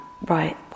right